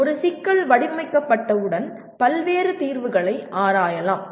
ஒரு சிக்கல் வடிவமைக்கப்பட்டவுடன் பல்வேறு தீர்வுகளை ஆராயலாம்